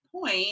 point